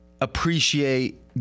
appreciate